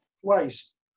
twice